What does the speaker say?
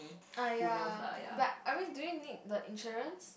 !aiya! but I mean do you need the insurance